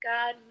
God